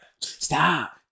Stop